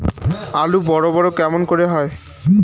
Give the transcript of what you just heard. আলু বড় বড় কেমন করে হয়?